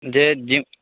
ଯେ ଜି